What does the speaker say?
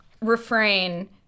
refrain